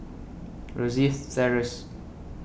Rosyth Terrace